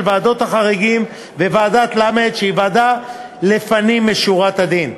ועדות החריגים וועדת למ"ד שהיא ועדת לפנים משורת הדין.